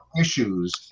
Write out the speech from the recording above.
issues